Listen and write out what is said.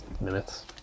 minutes